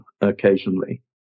occasionally